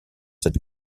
cette